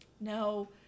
No